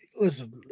listen